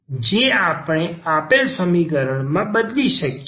જે આપેલ સમીકરણ માં આપણે બદલી શકીએ